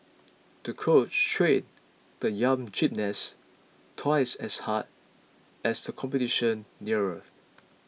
the coach trained the young gymnast twice as hard as the competition neared